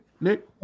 Nick